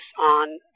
on